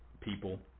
people